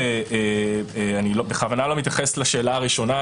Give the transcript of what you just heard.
אני בכוונה לא מתייחס לשאלה הראשונה,